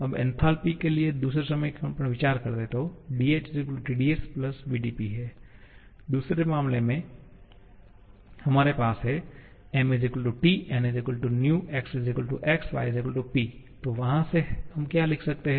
अब एन्थालपी के लिए दूसरे समीकरण पर विचार करे तो dh Tds vdP दूसरे मामले में हमारे पास है 𝑀 ≡ 𝑇 𝑁 ≡ v 𝑥 ≡ 𝑠 𝑦 ≡ P तो वहाँ से हम क्या लिख सकते हैं